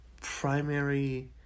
primary